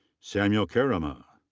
samuel kerama.